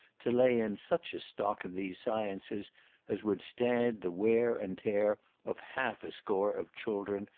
to lay in such a stock of these sciences as would stand the wear and tear of half a score of children,